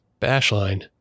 Bashline